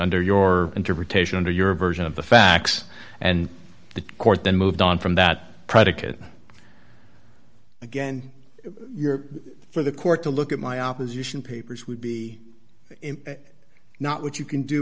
under your interpretation under your version of the facts and the court then moved on from that predicate again if you're for the court to look at my opposition papers would be not what you can do